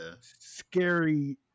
scary